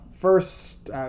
first